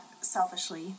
selfishly